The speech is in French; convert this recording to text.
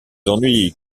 ennuis